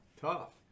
tough